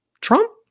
Trump